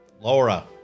Laura